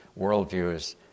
worldviews